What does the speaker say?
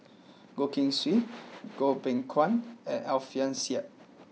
Goh Keng Swee Goh Beng Kwan and Alfian Sa'at